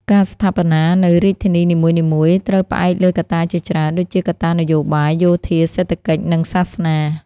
ការស្ថាបនានូវរាជធានីនិមួយៗ ត្រូវផ្អែកលើកត្តាជាច្រើន ដូចជាកត្តានយោបាយ យោធា សេដ្ឋកិច្ច និង សាសនា ។